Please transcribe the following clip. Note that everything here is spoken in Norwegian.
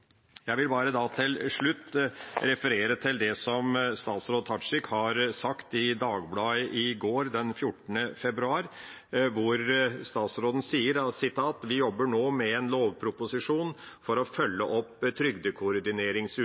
slutt referere det som statsråd Tajik sa i Dagbladet i går, den 14. februar: «Vi jobber nå med en lovproposisjon for å følge opp